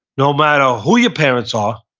no matter who your parents are,